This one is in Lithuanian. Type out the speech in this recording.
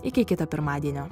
iki kito pirmadienio